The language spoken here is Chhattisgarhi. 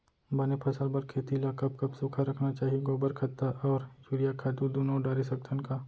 बने फसल बर खेती ल कब कब सूखा रखना चाही, गोबर खत्ता और यूरिया खातू दूनो डारे सकथन का?